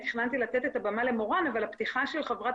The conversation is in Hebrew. תכננתי לתת את הבמה למורן אבל הפתיחה של ח"כ